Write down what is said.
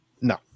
no